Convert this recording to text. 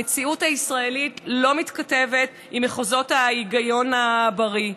המציאות הישראלית לא מתכתבת עם מחוזות ההיגיון הבריא,